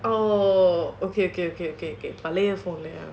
orh okay okay okay okay okay நீங்க சொல்லுங்க:neenga sollunga